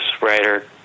writer